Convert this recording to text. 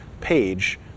page